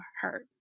hurt